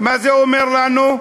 מה זה אומר לנו?